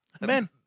Men